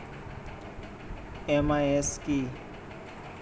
MIS কি?